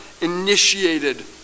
initiated